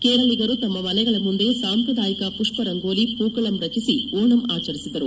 ಕೇರಳಿಗರು ತಮ್ಮ ಮನೆಗಳ ಮುಂದೆ ಸಾಂಪ್ರದಾಯಿಕ ಪುಪ್ಪ ರಂಗೋಲಿ ಪೂಕಳಂ ರಚಿಸಿ ಓಣಂ ಆಚರಿಸಿದರು